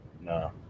No